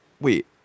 wait